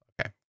Okay